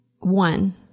one